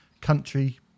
country